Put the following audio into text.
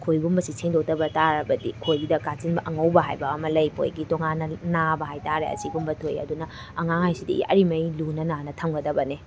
ꯈꯣꯏꯒꯨꯝꯕꯁꯦ ꯁꯦꯡꯗꯣꯛꯇꯕ ꯇꯥꯔꯕꯗꯤ ꯈꯣꯏꯒꯤꯗ ꯀꯥꯆꯤꯟꯗ ꯑꯉꯧꯕ ꯍꯥꯏꯕ ꯑꯃ ꯂꯩ ꯃꯣꯏꯒꯤ ꯇꯣꯉꯥꯟꯅ ꯅꯥꯕ ꯍꯥꯏꯇꯥꯔꯦ ꯑꯁꯤꯒꯨꯝꯕ ꯊꯣꯛꯑꯦ ꯑꯗꯨꯅ ꯑꯉꯥꯡ ꯍꯥꯏꯁꯤꯗꯤ ꯌꯥꯔꯤꯈꯩ ꯂꯨꯅ ꯅꯥꯟꯅ ꯊꯝꯒꯗꯕꯅꯤ